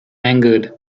angered